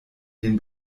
den